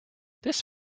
this